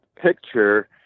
picture